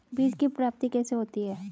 बीज की प्राप्ति कैसे होती है?